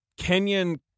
Kenyan